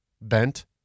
bent